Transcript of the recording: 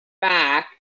back